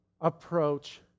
approach